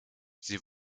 sie